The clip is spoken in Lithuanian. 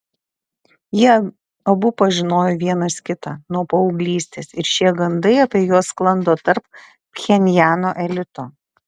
jie abu pažinojo vienas kitą nuo paauglystės ir šie gandai apie juos sklando tarp pchenjano elito